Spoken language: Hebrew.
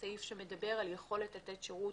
הסעיף שמדבר על יכולת לתת שירות